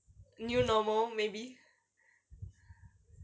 new normal maybe